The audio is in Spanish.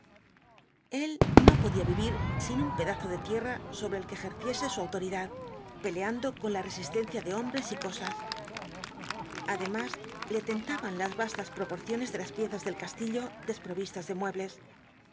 el no podía vivir sin un pedazo de tierra sobre ei que ejerciese su autoridad peleando con la resistencia de hombres y cosas además le tentaban las vastas prolos cuatro jinbtfls dbi apocalipsis porciones de las piezas del castillo desprovistas de muebles